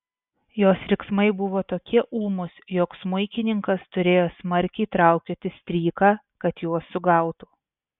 jos riksmai buvo tokie ūmūs jog smuikininkas turėjo smarkiai traukioti stryką kad juos sugautų